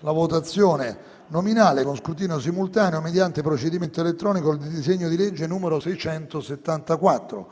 la votazione nominale con scrutinio simultaneo del disegno di legge, nel suo complesso, nel testo emendato,